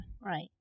right